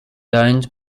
owned